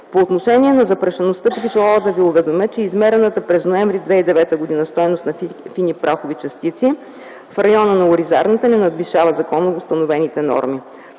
По отношение на запрашеността бих желала да Ви уведомя, че измерената през ноември 2009 г. стойност на фини прахове и частици в района на оризарната не надвишава законоустановените норми.